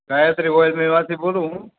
Gayatri oil મિલમાંથી બોલું છું